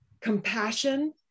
compassion